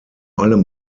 allem